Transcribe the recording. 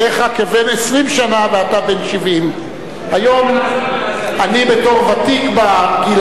הריך כבן 20 שנה ואתה בן 70. אני בתור ותיק בגיל